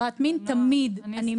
שעושה עבודה מדהימה,